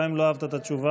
גם אם לא אהבת את התשובה.